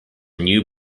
new